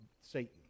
Satan